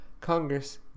Congress